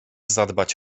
zadbać